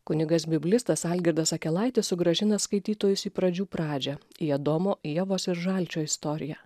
kunigas biblistas algirdas akelaitis sugrąžina skaitytojus į pradžių pradžią į adomo ievos ir žalčio istoriją